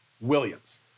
Williams